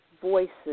voices